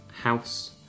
house